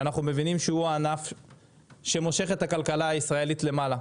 שאנחנו מבינים שהוא הענף שמושך את הכלכלה הישראלית למעלה,